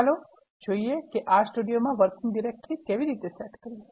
ચાલો જોઈએ કે આર સ્ટુડિયોમાં વર્કિંગ ડિરેક્ટરી કેવી રીતે સેટ કરવી